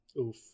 Oof